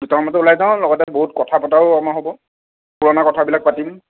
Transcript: দুটামানতে ওলাই যাওঁ লগতে বহুত কথা পাতাও আমাৰ হ'ব পুৰণা কথাবিলাক পাতিম